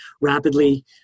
rapidly